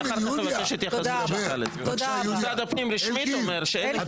אני אחר כך אבקש התייחסות שלך לזה שמשרד הפנים רשמית אומר שאין עמדה.